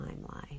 timeline